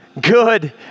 good